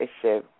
issue